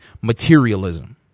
materialism